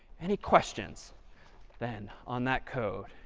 any questions then on that code?